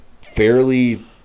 fairly